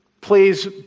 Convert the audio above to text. please